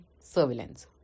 surveillance